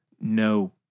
no